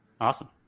Awesome